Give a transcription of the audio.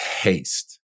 taste